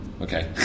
Okay